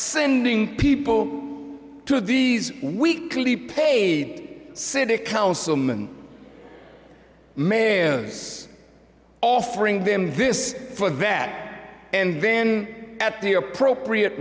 sending people to these weekly paid city councilman offering them this for that and then at the appropriate